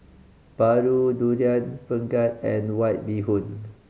paru Durian Pengat and White Bee Hoon